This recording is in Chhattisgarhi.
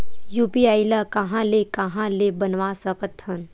यू.पी.आई ल कहां ले कहां ले बनवा सकत हन?